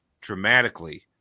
dramatically